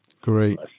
Great